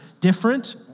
different